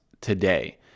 today